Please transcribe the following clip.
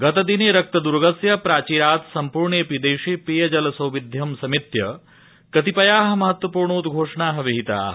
गतदिने रक्तर्द्गस्य प्राचीरात् सम्पूर्णेंऽपि देशे पेयजल सौविध्यं समेत्य कतिपया महत्वपूर्णोंद्वोषणा विहिता